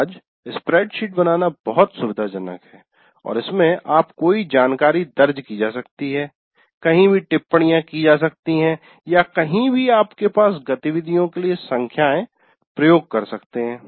आज स्प्रेडशीट बनाना बहुत सुविधाजनक है और इसमें आप कोई जानकारी दर्ज की जा सकती है कहीं भी टिप्पणियाँ की जा सकती हैं या कहीं भी आपके पास गतिविधियों के लिए संख्याएँ प्रयोग कर सकते हैं